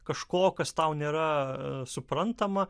kažko kas tau nėra suprantama